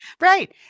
Right